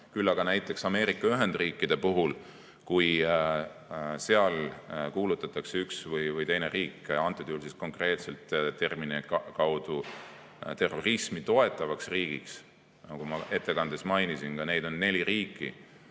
Küll aga näiteks Ameerika Ühendriikide puhul, kui seal kuulutatakse üks või teine riik, antud juhul konkreetselt terminite kaudu terrorismi toetavaks riigiks – nagu ma oma ettekandes mainisin, neid riike